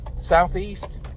southeast